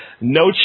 no